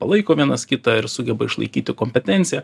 palaiko vienas kitą ir sugeba išlaikyti kompetenciją